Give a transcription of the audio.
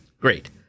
great